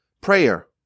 prayer